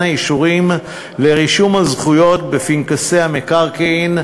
האישורים לרישום הזכויות בפנקסי המקרקעין,